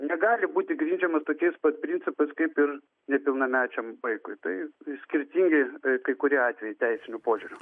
negali būti grindžiamas tokiais pat principais kaip ir nepilnamečiam vaikui tai skirtingi kai kurie atvejai teisiniu požiūriu